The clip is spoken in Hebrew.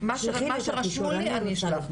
מה שרשום לי אני ישלח,